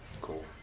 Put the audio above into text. Cool